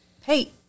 hey